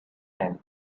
and